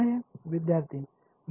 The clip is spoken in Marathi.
विद्यार्थी आणि